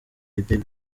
baby